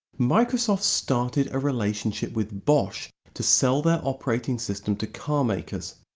microsoft started a relationship with bosch to sell their operating system to car makers.